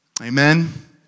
Amen